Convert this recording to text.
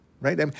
right